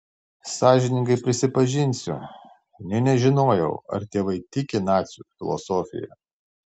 sąžiningai prisipažinsiu nė nežinojau ar tėvai tiki nacių filosofija